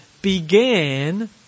began